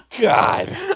God